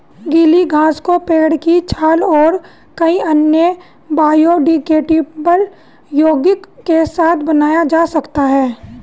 गीली घास को पेड़ की छाल और कई अन्य बायोडिग्रेडेबल यौगिक के साथ बनाया जा सकता है